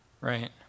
right